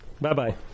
Bye-bye